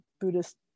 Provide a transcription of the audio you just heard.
buddhist